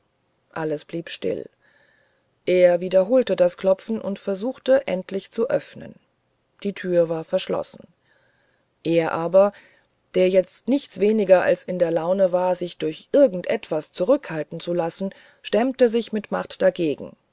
alles blieb still er wiederholte das klopfen und versuchte endlich zu öffnen die tür war verschlossen er aber der jetzt nichts weniger als in der laune war sich durch irgend etwas zurückhalten zu lassen stemmte sich mit macht dagegen